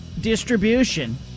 distribution